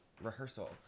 rehearsal